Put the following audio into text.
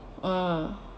oh ya